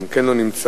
גם כן לא נמצא,